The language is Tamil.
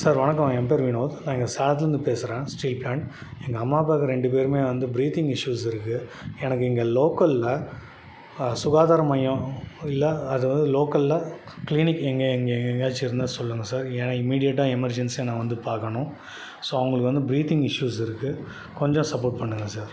சார் வணக்கம் என் பேர் வினோத் நான் இங்கே சேலத்துலிருந்து பேசுகிறேன் ஸ்ரீ எங்கள் அம்மா அப்பாக்கு ரெண்டு பேரும் வந்து ப்ரீத்திங் இஷ்யூஸ் இருக்குது எனக்கு இங்கே லோக்கலில் சுகாதார மையம் இல்லை அது வந்து லோக்கலில் க்ளீனிக் இங்கே எங்கேயாச்சும் இருந்தால் சொல்லுங்கள் சார் ஏனால் இமிடியட்டாக எமர்ஜென்ஸியாக நான் வந்து பார்க்கணும் ஸோ அவங்களுக்கு வந்து ப்ரீத்திங் இஷ்யூஸ் இருக்குது கொஞ்சம் சப்போர்ட் பண்ணுங்கள் சார்